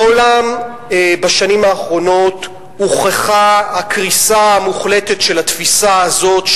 בעולם בשנים האחרונות הוכחה הקריסה המוחלטת של התפיסה הזאת,